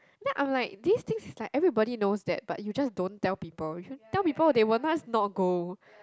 then I'm like this things is like everybody knows that but you just don't tell people tell people they won't must not go